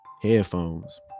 headphones